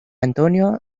antonio